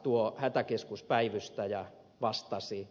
tuo hätäkeskuspäivystäjä vastasi